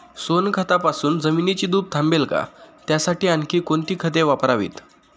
सोनखतापासून जमिनीची धूप थांबेल का? त्यासाठी आणखी कोणती खते वापरावीत?